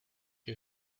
you